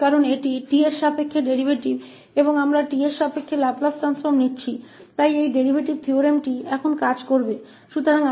क्योंकि यह t के संबंध में डेरीवेटिव है और हम t के संबंध में भी लाप्लास रूपांतर ले रहे हैं इसलिए यह डेरीवेटिव थ्योरम अब काम करेगा